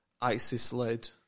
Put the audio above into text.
ISIS-led